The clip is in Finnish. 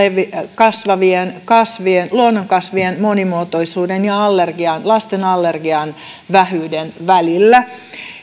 kasvavien kasvavien luonnonkasvien monimuotoisuuden ja lasten allergian vähyyden välillä